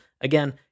Again